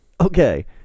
Okay